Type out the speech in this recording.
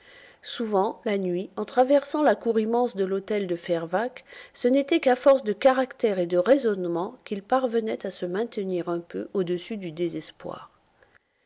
souvent la nuit en traversant la cour immense de l'hôtel de fervaques ce n'était qu'à force de caractère et de raisonnement qu'il parvenait à se maintenir un peu au-dessus du désespoir